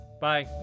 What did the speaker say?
bye